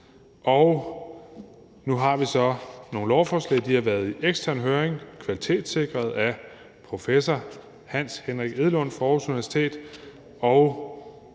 Nu har vi så nogle lovforslag. De har været i ekstern høring og er blevet kvalitetssikret af professor Hans Henrik Edlund fra Aarhus Universitet,